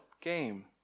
game